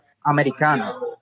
americano